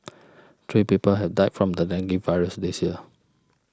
three people have died from the dengue virus this year